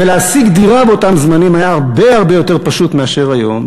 ולהשיג דירה באותם זמנים היה הרבה הרבה יותר פשוט מאשר היום,